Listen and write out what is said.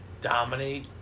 Dominate